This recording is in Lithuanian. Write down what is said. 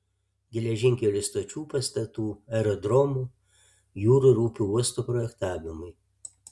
geležinkelių stočių pastatų aerodromų jūrų ir upių uostų projektavimui